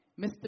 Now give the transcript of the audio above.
Mr